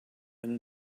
than